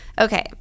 Okay